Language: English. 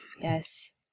Yes